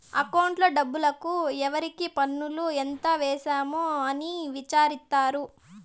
అకౌంట్లో డబ్బుకు ఎవరికి పన్నులు ఎంత వేసాము అని విచారిత్తారు